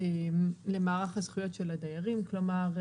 ולמערך הזכויות של הדיירים, כלומר,